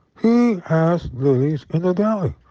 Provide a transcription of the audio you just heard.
he has lilies in the valley.